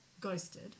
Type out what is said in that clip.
ghosted